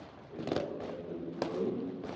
that looks like when this loads.